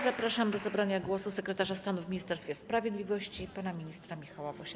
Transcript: Zapraszam do zabrania głosu sekretarza stanu w Ministerstwie Sprawiedliwości pana ministra Michała Wosia.